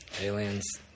Aliens